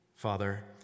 Father